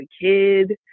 kid